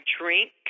drink